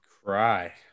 Cry